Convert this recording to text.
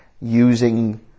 using